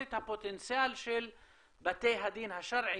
את הפוטנציאל של בתי הדין השרעיים.